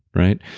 right?